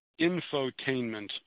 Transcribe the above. infotainment